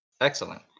Excellent